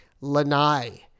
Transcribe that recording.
Lanai